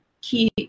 key